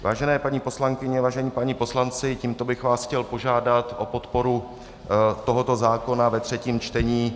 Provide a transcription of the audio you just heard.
Vážené paní poslankyně, vážení páni poslanci, tímto bych vás chtěl požádat o podporu tohoto zákona ve třetím čtení.